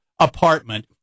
Apartment